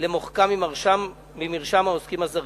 למחקם ממרשם העוסקים הזרים.